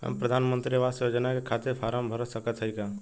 हम प्रधान मंत्री आवास योजना के खातिर फारम भर सकत हयी का?